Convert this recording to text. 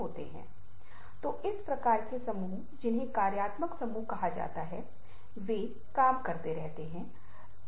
ये ऐसे मुद्दे हैं जिन्हें आपको इस विशेष प्रकार की प्रस्तुति करने से पहले संबोधित करने की आवश्यकता है